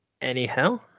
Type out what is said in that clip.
anyhow